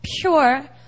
pure